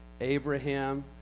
Abraham